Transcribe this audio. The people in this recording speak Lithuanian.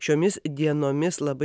šiomis dienomis labai